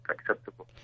acceptable